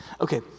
Okay